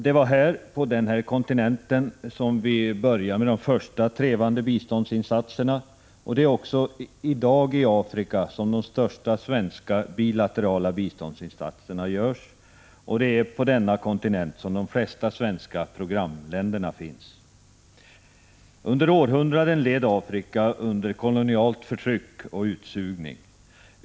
Det var på denna kontinent som de första trevande biståndsinsatserna inleddes. Det är också i Afrika som de största svenska bilaterala biståndsinsatserna görs i dag, och det är på denna kontinent som de flesta svenska programländerna finns. Under århundraden led Afrika under kolonialt förtryck och utsugning.